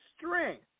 strength